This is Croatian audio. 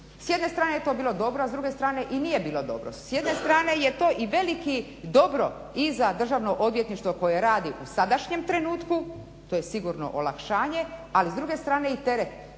S jedne strane je to bilo dobro, a s druge strane i nije bilo dobro. S jedne strane je to i veliki dobro i za Državno odvjetništvo koje radi u sadašnjem trenutku, to je sigurno olakšanje, ali s druge strane i teret.